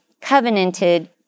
covenanted